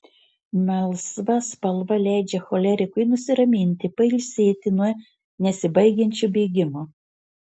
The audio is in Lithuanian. melsva spalva leidžia cholerikui nusiraminti pailsėti nuo nesibaigiančio bėgimo